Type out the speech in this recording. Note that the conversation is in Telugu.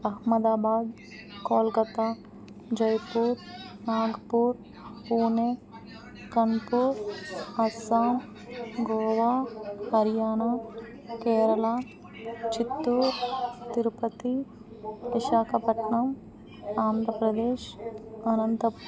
అహ్మదాబాద్ కోల్కత్తా జైపూర్ నాగ్పూర్ పూనె కంపూర్ అస్సాం గోవా హర్యానా కేరళ చిత్తూర్ తిరుపతి విశాఖపట్నం ఆంధ్రప్రదేశ్ అనంత